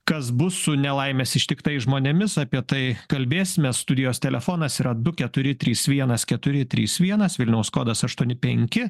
kas bus su nelaimės ištiktais žmonėmis apie tai kalbėsimes studijos telefonas yra du keturi trys vienas keturi trys vienas vilniaus kodas aštuoni penki